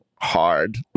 hard